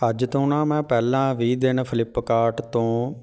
ਅੱਜ ਤੋਂ ਨਾ ਮੈਂ ਪਹਿਲਾਂ ਵੀਹ ਦਿਨ ਫਲਿਪਕਾਟ ਤੋਂ